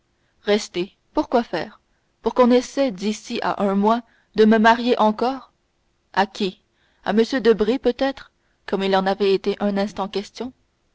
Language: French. rester pour quoi faire pour qu'on essaie d'ici à un mois de me marier encore à qui à m debray peut-être comme il en avait été un instant question